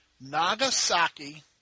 Nagasaki